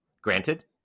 Granted